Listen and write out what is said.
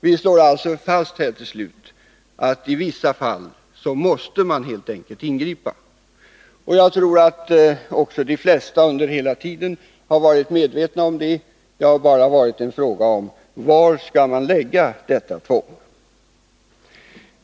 Vi slår alltså till slut fast att man i vissa fall helt enkelt måste ingripa. Jag tror att de flesta hela tiden har varit medvetna om det här. Det har bara varit fråga om var man skall lägga detta tvång.